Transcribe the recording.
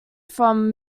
from